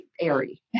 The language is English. airy